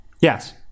Yes